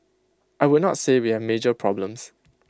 I would not say we have major problems